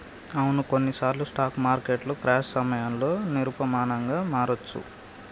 అవును కొన్నిసార్లు స్టాక్ మార్కెట్లు క్రాష్ సమయంలో నిరూపమానంగా మారొచ్చు